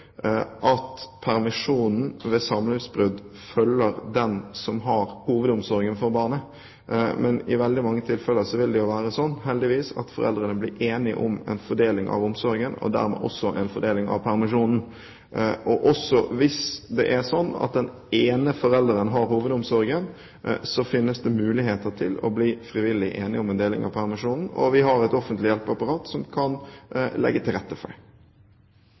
at permisjonen ved samlivsbrudd følger den som har hovedomsorgen for barnet. I veldig mange tilfeller vil det heldigvis være sånn at foreldrene blir enige om en fordeling av omsorgen og dermed også en fordeling av permisjonen. Hvis det er sånn at den ene forelderen har hovedomsorgen, finnes det muligheter til å bli frivillig enige om en deling av permisjonen, og vi har et offentlig hjelpeapparat som kan legge til rette for det.